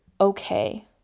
okay